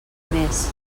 més